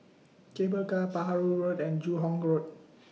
Cable Car Perahu Road and Joo Hong Road